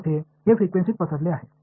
மிகப்பெரியது இது அதிர்வெண்ணில் பரவுகிறது